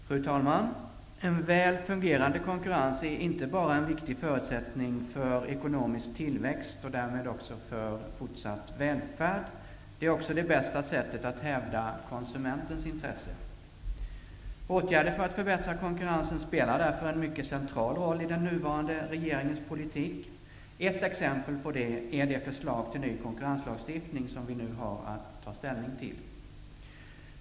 Fru talman! En väl fungerande konkurrens är inte bara en viktig förutsättning för ekonomisk tillväxt och därmed för fortsatt välfärd utan också det bästa sättet att hävda konsumentens intresse. Åtgärder för att förbättra konkurrensen spelar därför en mycket central roll i den nuvarande regeringens politik. Ett exempel på det är det förslag till ny konkurrenslagstiftning som vi nu har att ta ställning till.